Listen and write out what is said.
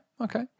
okay